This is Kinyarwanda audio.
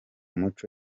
muco